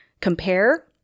compare